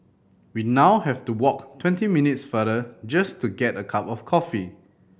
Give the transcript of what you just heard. we now have to walk twenty minutes farther just to get a cup of coffee